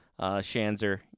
Shanzer